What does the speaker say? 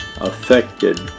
affected